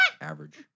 average